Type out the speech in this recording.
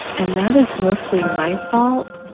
and that is mostly my fault